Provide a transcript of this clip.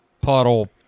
puddle